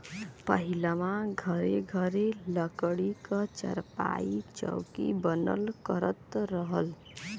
पहिलवां घरे घरे लकड़ी क चारपाई, चौकी बनल करत रहल